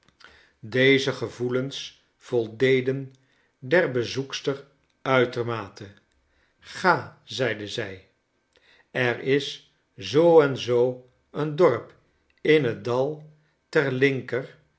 deze gevoelens voldeden der bezoekster uitermate ga zeide zij er is zoo en zoo een dorp in het dal ter linker